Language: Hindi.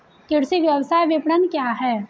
कृषि व्यवसाय विपणन क्या है?